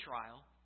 trial